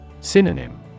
Synonym